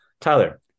Tyler